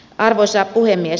arvoisa puhemies